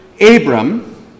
Abram